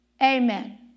Amen